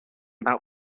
about